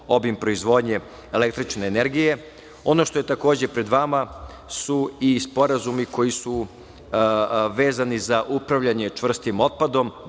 obim proizvodnje električne energije. Takođe su pred vama i sporazumi koji su vezani za upravljanje čvrstim otpadom.